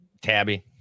Tabby